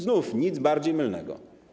Znów nic bardziej mylnego.